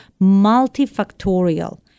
multifactorial